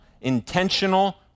intentional